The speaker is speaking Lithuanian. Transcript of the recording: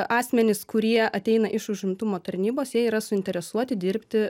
asmenys kurie ateina iš užimtumo tarnybos jie yra suinteresuoti dirbti